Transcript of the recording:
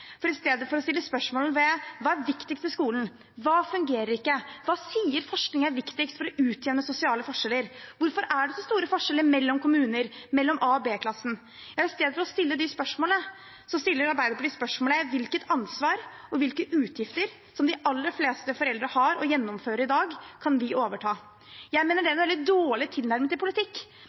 for i stedet for å stille spørsmål ved hva som er viktigst ved skolen, hva som ikke fungerer, hva forskningen sier er viktigst for å utjevne sosiale forskjeller, hvorfor det er så store forskjeller mellom kommuner og mellom A- og B-klassen, stiller Arbeiderpartiet spørsmålet: Hvilket ansvar og hvilke utgifter som de aller fleste foreldre har i dag, kan vi overta? Jeg mener det er en veldig dårlig tilnærming til politikk.